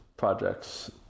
projects